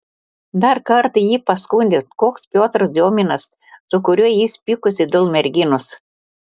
dar kartą jį paskundė toks piotras diominas su kuriuo jis pykosi dėl merginos